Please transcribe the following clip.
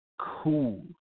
cool